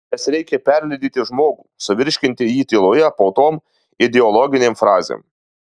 nes reikia perlydyti žmogų suvirškinti jį tyloje po tom ideologinėm frazėm